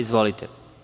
Izvolite.